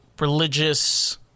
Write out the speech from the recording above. religious